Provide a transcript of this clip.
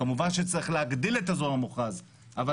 כמובן שצריך להגדיל את האזור המוכרז אבל